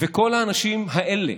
וכל האנשים האלה